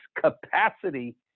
capacity